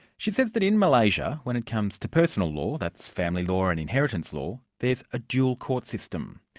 she says that in malaysia, when it comes to personal law, that's family law and inheritance law, there's a dual court system.